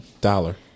dollar